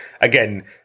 again